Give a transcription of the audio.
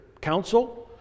council